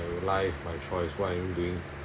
my life my choice why I'm doing